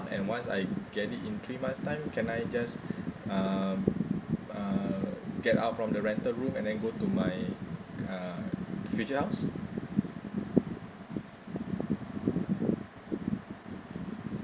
and once I get it in three months time can I just um uh get out from the rental room and then go to my uh future house